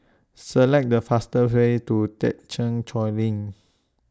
Select The faster Way to Thekchen Choling